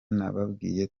nababwiye